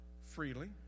freely